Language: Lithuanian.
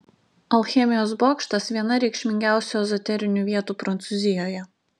alchemijos bokštas viena reikšmingiausių ezoterinių vietų prancūzijoje